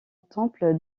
temple